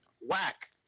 whack